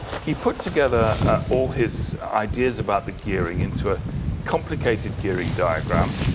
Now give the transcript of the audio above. he put together ah all his ideas about the gearing into a complicated gearing diagram.